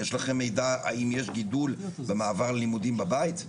יש לכם מידע האם יש גידול למעבר ללימודים בבית?